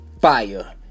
Fire